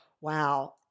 Wow